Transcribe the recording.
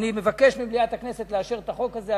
אני מבקש ממליאת הכנסת לאשר את החוק הזה.